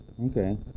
Okay